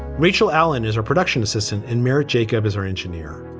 rachel allen is a production assistant and merritt jacob is our engineer.